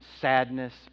sadness